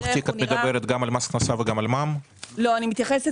שתכף נראה איך הוא נראה --- ב-"לפתוח תיק",